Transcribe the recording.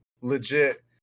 legit